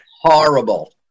horrible